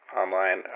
online